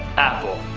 apple.